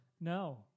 no